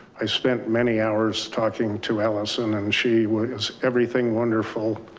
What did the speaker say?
i spent many hours talking to alison and she was everything wonderful.